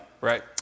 Right